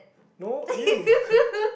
no you